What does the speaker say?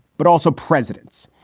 but also presidents,